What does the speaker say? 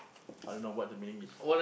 I don't know what the meaning is